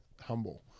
humble